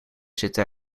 zitten